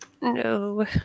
No